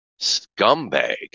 scumbag